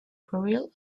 burial